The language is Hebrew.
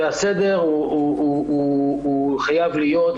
הסדר חייב להיות,